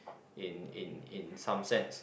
in in in some sense